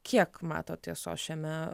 kiek matot tiesos šiame